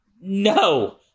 No